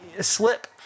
slip